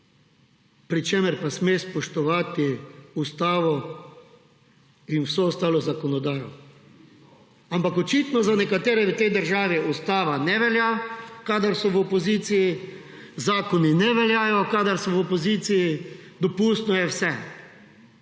pri čemer pa sme spoštovati ustavo in vso ostalo zakonodajo. Ampak očitno za nekatere v tej državi ustava ne velja, kadar so v opoziciji zakoni ne veljajo, kadar so v opoziciji, dopustno je vse.